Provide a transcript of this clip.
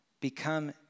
become